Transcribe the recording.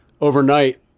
Overnight